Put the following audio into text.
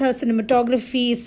cinematography